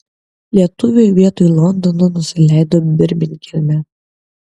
lietuviai vietoj londono nusileido birmingeme